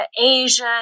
Asia